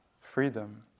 freedom